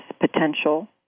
potential